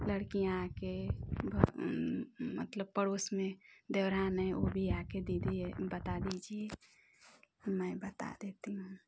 लड़कियाँ के पड़ोस में देवरा में वो भी आके दीदी ये बता दीजिए मैं बता देती हूँ